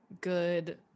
good